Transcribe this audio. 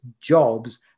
jobs